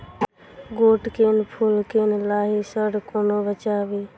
गोट केँ फुल केँ लाही सऽ कोना बचाबी?